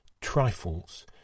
Trifles